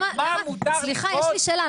מה מותר לגבות -- סליחה יש לי שאלה,